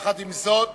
יחד עם זאת,